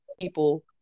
people